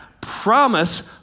promise